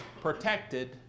protected